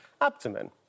abdomen